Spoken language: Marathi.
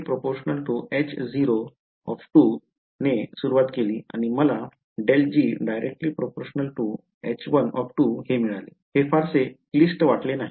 तर म्हणजे आपण सुरुवात केली आणि मला हे मिळाले हे फारसे क्लिष्ट वाटले नाही